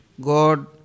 God